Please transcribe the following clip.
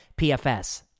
PFS